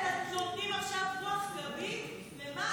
הם נותנים עכשיו רוח גבית, למה?